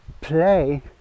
play